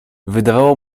wydawało